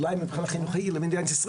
אולי מבחינה החינוכית במדינת ישראל,